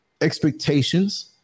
expectations